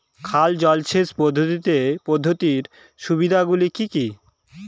খাল জলসেচ পদ্ধতির সুবিধাগুলি কি কি?